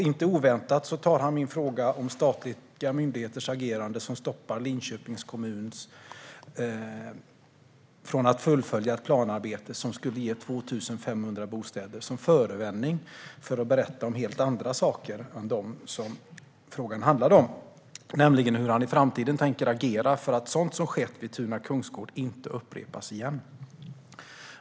Inte oväntat tar han min fråga om statliga myndigheters agerande - som i detta fall stoppar Linköpings kommun från att fullfölja ett planarbete som skulle ge 2 500 bostäder - som förevändning att berätta om helt andra saker än de som frågan handlade om, nämligen hur han i framtiden tänker agera för att sådant som skett vid Tuna kungsgård inte upprepas.